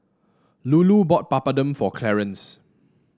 Lulu bought Papadum for Clarence